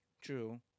True